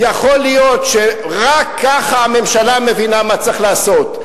יכול להיות שרק ככה הממשלה מבינה מה צריך לעשות.